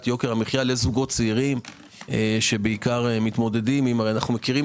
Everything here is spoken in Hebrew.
יוקר המחיה לזוגות צעירים שמתמודדים אנו מכירים